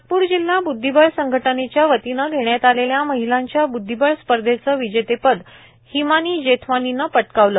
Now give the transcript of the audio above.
नागपूर जिल्हा ब्द्विबळ संघटनेच्या वतीनं घेण्यात आलेल्या महिलांच्या ब्द्विबळ स्पर्धेचे विजेतेपद हिमानी जेथवानीने पटकावले